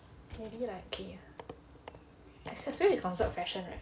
maybe like okay accessories is counted fashion right